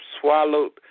swallowed